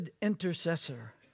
Intercessor